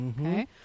Okay